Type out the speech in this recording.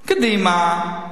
קדימה.